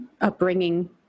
upbringing